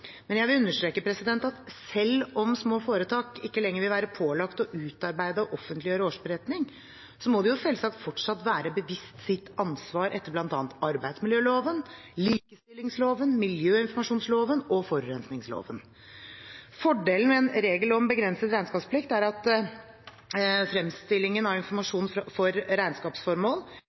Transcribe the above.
Men jeg vil understreke at selv om små foretak ikke lenger vil være pålagt å utarbeide og offentliggjøre årsberetning, må de selvsagt fortsatt være seg bevisst sitt ansvar etter bl.a. arbeidsmiljøloven, likestillingsloven, miljøinformasjonsloven og forurensningsloven. Fordelen med en regel om begrenset regnskapsplikt er at fremstillingen av informasjon for regnskapsformål